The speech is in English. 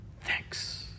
thanks